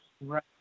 right